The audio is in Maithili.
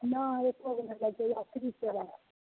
नहि एको गो नहि लगै छै इहाँ फ्री सेवा